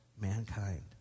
mankind